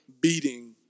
Beating